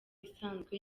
isanzwe